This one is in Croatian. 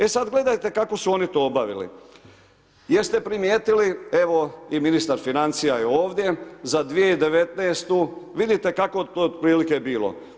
E sad gledajte kako su oni to obavili, jeste primijetili, evo i ministar financija je ovdje, za 2019. vidite kako je to otprilike bilo.